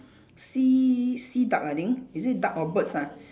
sea sea duck I think is it duck or birds ah